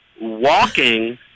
walking